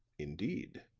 indeed.